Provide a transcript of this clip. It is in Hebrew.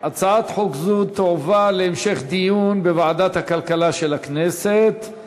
הצעת חוק זאת תועבר להמשך דיון בוועדת הכלכלה של הכנסת.